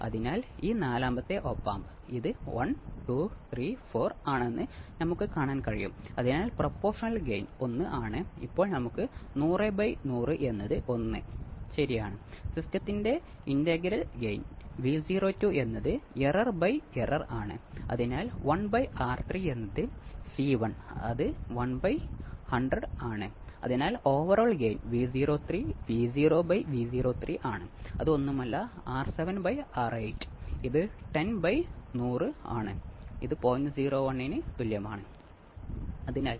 അതിനാൽ തുടക്കത്തിൽ നമുക്ക് എ ഗുണനം ബീറ്റ ഒന്നിൽ കൂടുതൽ ഉണ്ടാകും തുടർന്ന് എ ഗുണനം ബീറ്റ ഒന്നിന് തുല്യം ആയി മാറുന്നു